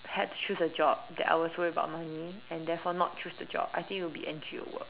had to choose to a job that I was worried about money and therefore not choose the job I think it would be N_G_O work